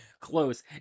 close